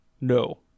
no